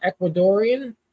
Ecuadorian